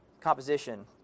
composition